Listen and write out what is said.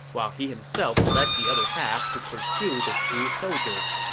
while he himself led the other half to pursue the shu soldiers.